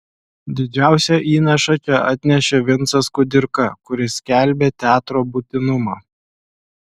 didžiausią įnašą čia atnešė vincas kudirka kuris skelbė teatro būtinumą